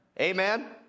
Amen